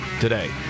today